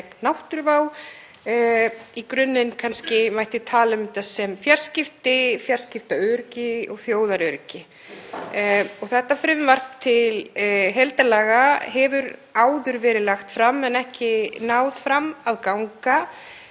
náttúruvá. Í grunninn mætti kannski tala um þetta sem fjarskipti, fjarskiptaöryggi og þjóðaröryggi. Þetta frumvarp til heildarlaga hefur áður verið lagt fram en ekki náð fram að ganga.